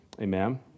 amen